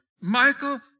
Michael